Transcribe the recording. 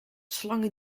slangen